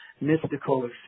mystical